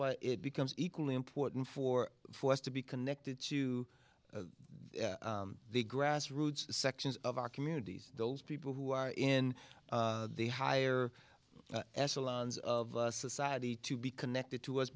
why it becomes equally important for for us to be connected to the grassroots sections of our communities those people who are in the higher echelons of society to be connected to us